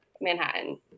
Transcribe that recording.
Manhattan